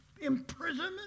imprisonment